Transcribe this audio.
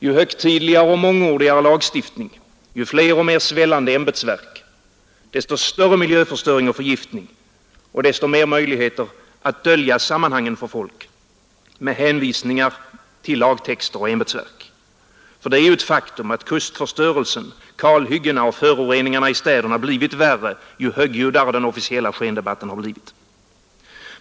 Ju högtidligare och mångordigare lagstiftning, ju fler och mer svällande ämbetsverk — desto större miljöförstöring och förgiftning och desto mer möjligheter att dölja sammanhangen för folk med hänvisningar till lagtexter och ämbetsverk. För det är ju ett faktum att kustförstörelsen, kalhyggena och föroreningarna i städerna blivit värre ju högljuddare den officiella skendebatten har blivit.